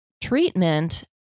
treatment